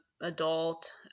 adult